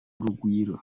urugwiro